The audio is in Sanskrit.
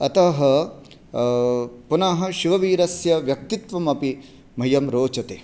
अतः पुनः शिववीरस्य व्यक्तित्वमपि मह्यं रोचते